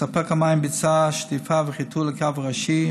ספק המים ביצע שטיפה וחיטוי לקו הראשי,